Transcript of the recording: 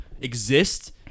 exist